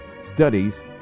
studies